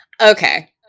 Okay